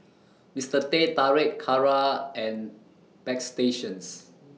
Mister Teh Tarik Kara and Bagstationz